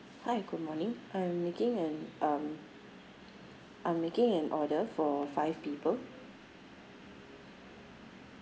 hi good morning I'm making an um I'm making an order for five people